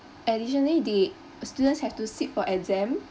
additionally they students have to sit for exam